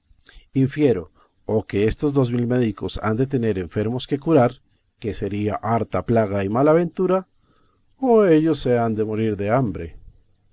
infiero o que estos dos mil médicos han de tener enfermos que curar que sería harta plaga y mala ventura o ellos se han de morir de hambre